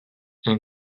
and